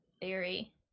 theory